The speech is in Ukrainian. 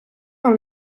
нам